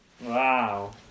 Wow